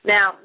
Now